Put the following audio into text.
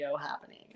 happening